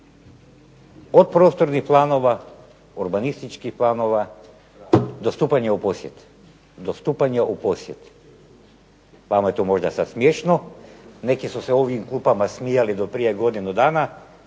od prostornih planova, urbanističkih planova do stupanja u posjed. Vama je to sada smiješno. Neki su se u ovim klupama smijali do prije godinu dana,